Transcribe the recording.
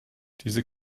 diese